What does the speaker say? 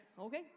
okay